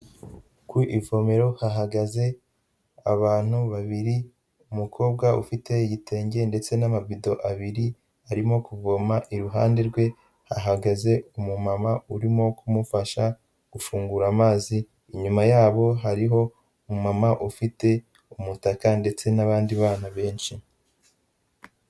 Ku ivomero hahagaze abantu babiri umukobwa ufite igitenge ndetse n'amabido abiri arimo kuvoma iruhande rwe ahagaze umu mama urimo kumufasha gufungura amazi, inyuma ya bo hariho umu mama ufite umutaka ndetse n'abandi bana benshi.